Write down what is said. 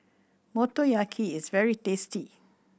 motoyaki is very tasty